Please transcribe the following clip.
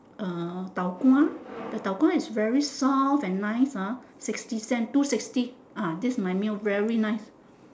uh tau-kwa the tau-kwa is very soft and nice ah sixty cent two sixty ah this is my meal very nice